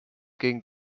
gegen